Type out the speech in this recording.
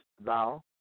thou